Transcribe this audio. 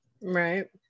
Right